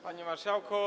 Panie Marszałku!